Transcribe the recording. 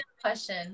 question